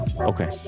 Okay